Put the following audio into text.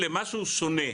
למשהו שונה,